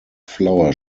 flower